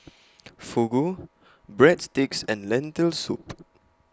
Fugu Breadsticks and Lentil Soup